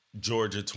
Georgia